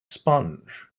sponge